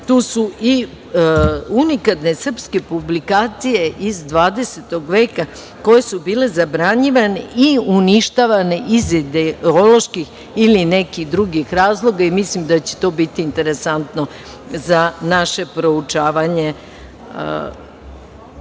Tu su i unikatne srpske publikacije iz 20. veka, koje su bile zabranjivane i uništavane iz ideoloških ili nekih drugih razloga i mislim da će to biti interesantno za naše proučavanje